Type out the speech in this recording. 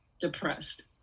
depressed